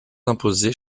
imposées